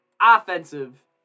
Offensive